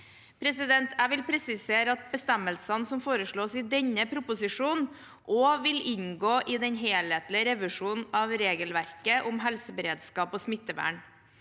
åpent. Jeg vil presisere at bestemmelsene som foreslås i denne proposisjonen, også vil inngå i den helhetlige revisjonen av regelverket om helseberedskap og smittevern.